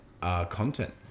content